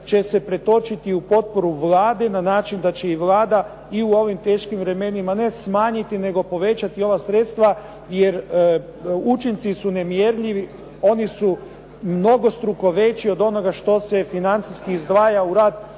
će se pretočiti u potporu Vlade na način da će i Vlada i u ovim teškim vremenima ne smanjiti nego povećati ova sredstva jer učinci su nemjerljivi, oni su mnogostruko veći od onoga što se financijski izdvaja u rad